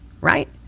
right